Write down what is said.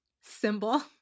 symbol